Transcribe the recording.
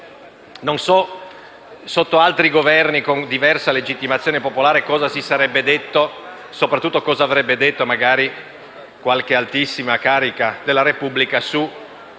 Non so sotto altri Governi, con diversa legittimazione popolare, cosa si sarebbe detto - e soprattutto cosa avrebbe detto qualche altissima carica della Repubblica -